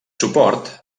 suport